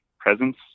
presence